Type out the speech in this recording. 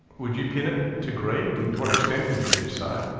would you pin it to greed, and to what extent would you do so?